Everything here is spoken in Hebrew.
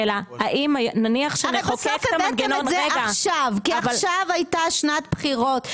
הרי בסוף אתם הבאתם את זה עכשיו כי עכשיו הייתה שנת בחירות,